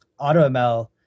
AutoML